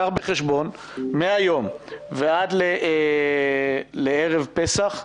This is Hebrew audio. קח בחשבון שמהיום עד ערב פסח יש,